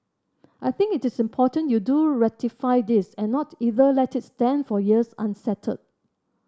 I think it is important you do ratify this and not either let it stand for years unsettled